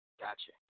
Gotcha